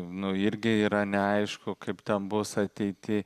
nu irgi yra neaišku kaip ten bus ateity